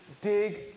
dig